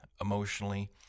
emotionally